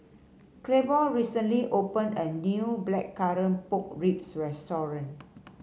Claiborne recently opened a new Blackcurrant Pork Ribs restaurant